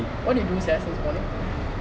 what you do sia since morning